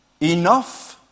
enough